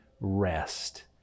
rest